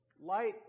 light